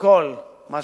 כל מה שחסר.